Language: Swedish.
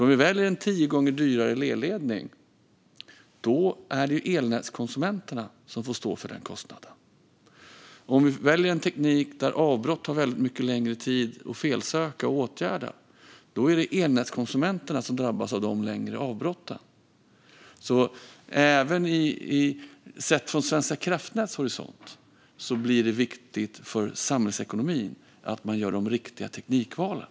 Om vi väljer en tio gånger dyrare elledning är det elnätskonsumenterna som får stå för den kostnaden. Om vi väljer en teknik där avbrott tar väldigt mycket längre tid att felsöka och åtgärda är det elnätskonsumenterna som drabbas av de längre avbrotten. Även sett från Svenska kraftnäts horisont blir det viktigt för samhällsekonomin att man gör de riktiga teknikvalen.